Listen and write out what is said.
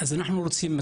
חברים וחברות,